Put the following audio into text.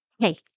Hey